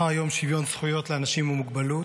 מחר יום שוויון זכויות לאנשים עם מוגבלות.